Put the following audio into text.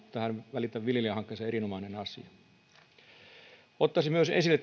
välitä viljelijästä hankkeeseen on erinomainen ottaisin tässä myös esille